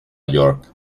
york